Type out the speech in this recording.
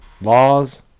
Laws